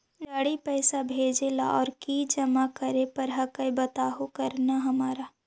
जड़ी पैसा भेजे ला और की जमा करे पर हक्काई बताहु करने हमारा?